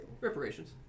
reparations